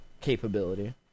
capability